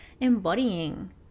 embodying